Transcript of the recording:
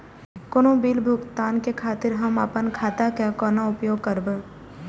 कोनो बील भुगतान के खातिर हम आपन खाता के कोना उपयोग करबै?